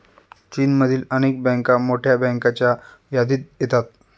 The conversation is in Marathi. चीनमधील अनेक बँका मोठ्या बँकांच्या यादीत येतात